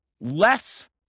less